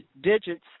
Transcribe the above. digits